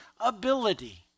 ability